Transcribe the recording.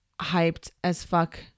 hyped-as-fuck